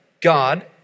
God